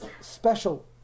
special